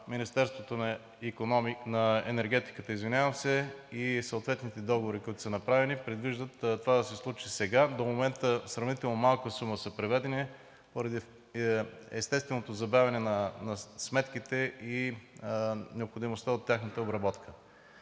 Министерството на енергетиката, и съответните договори, които са направени, предвиждат това да се случи сега. До момента сравнително малка сума е преведена поради естественото забавяне на сметките и необходимостта от тяхната обработка.